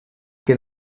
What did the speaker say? que